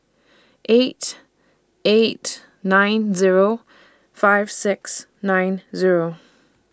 eight eight nine Zero five six nine Zero